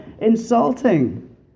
insulting